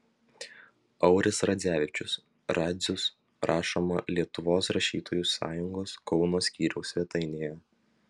auris radzevičius radzius rašoma lietuvos rašytojų sąjungos kauno skyriaus svetainėje